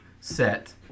set